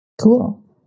Cool